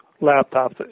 laptop